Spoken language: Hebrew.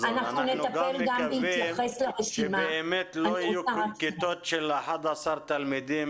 אברמזון, שבאמת לא יהיו כיתות של 11 תלמידים.